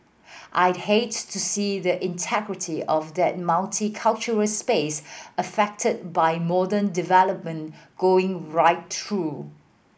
I'd hate to see the integrity of that multicultural space affected by modern development going right through